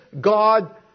God